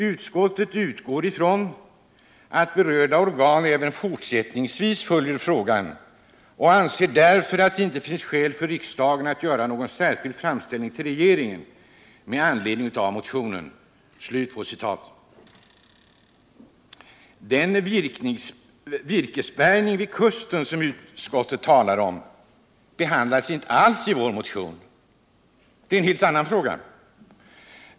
Utskottet utgår från att berörda organ även fortsättningsvis följer frågan och anser därför att det inte finns skäl för riksdagen att göra någon särskild framställning till regeringen med anledning av motionen 1978/79:285.” Den ”virkesbärgning vid kusten” som utskottet talar om behandlas inte alls i vår motion. Det är en helt annan fråga.